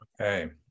Okay